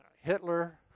Hitler